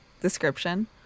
description